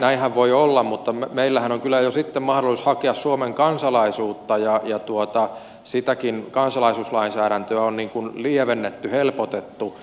näinhän voi olla mutta meillähän on kyllä jo sitten mahdollisuus hakea suomen kansalaisuutta ja sitäkin kansalaisuuslainsäädäntöä on lievennetty helpotettu